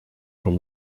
from